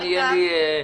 להצביע.